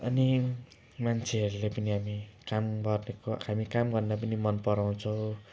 अनि मान्छेहरूले पनि हामी काम गरेको हामी काम गर्न पनि मन पराउँछौँ